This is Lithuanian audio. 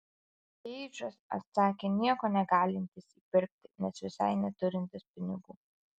keidžas atsakė nieko negalintis įpirkti nes visai neturintis pinigų